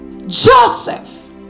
joseph